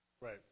Right